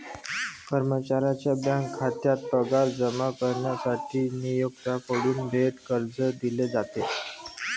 कर्मचाऱ्याच्या बँक खात्यात पगार जमा करण्यासाठी नियोक्त्याकडून थेट कर्ज दिले जाते